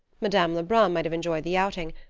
madame lebrun might have enjoyed the outing,